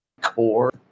core